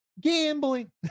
Gambling